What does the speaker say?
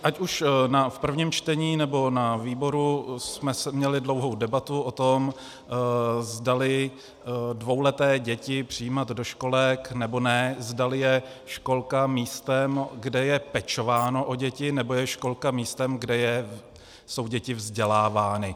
Ať už na prvním čtení, nebo na výboru jsme měli dlouhou debatu o tom, zdali dvouleté děti přijímat do školek, nebo ne, zdali je školka místem, kde je pečováno o děti, nebo je školka místem, kde jsou děti vzdělávány.